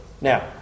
Now